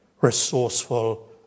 resourceful